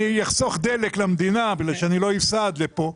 אני אחסוך דלק למדינה, בגלל שאני לא אסע עד לפה.